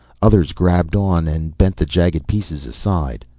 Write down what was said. others grabbed on and bent the jagged pieces aside.